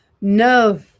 No